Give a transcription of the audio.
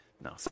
No